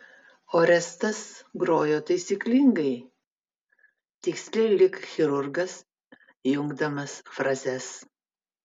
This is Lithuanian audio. orestas grojo taisyklingai tiksliai lyg chirurgas jungdamas frazes